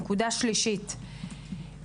הנקודה השלישית,